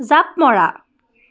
জাঁপ মৰা